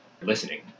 listening